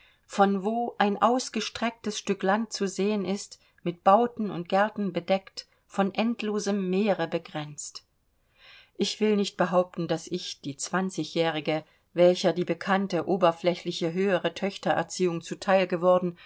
von wo ein ausgestrecktes stück land zu sehen ist mit bauten und gärten bedeckt von endlosem meere begrenzt ich will nicht behaupten daß ich die zwanzigjährige welcher die bekannte oberflächliche höhere töchtererziehung zu teil geworden